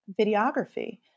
videography